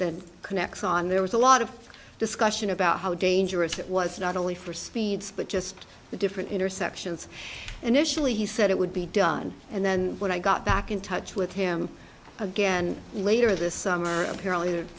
the next on there was a lot of discussion about how dangerous it was not only for speeds but just the different intersections and initially he said it would be done and then when i got back in touch with him again later this summer apparently th